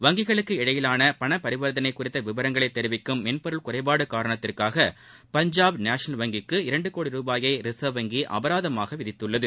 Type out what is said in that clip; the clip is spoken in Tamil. வங்கிகளுக்கு இடையேயான பண பரிவர்த்தனை குறித்த விவரங்களை தெரிவிக்கும் மென்பொருள் குறைபாடு காரணத்திற்காக பஞ்சாப் நேஷனல் வங்கிக்கு இரண்டு கோடி ரூபாயை ரிசர்வ் வங்கி அபராதமாக விதித்துள்ளது